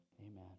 Amen